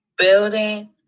Building